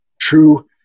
true